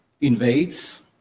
invades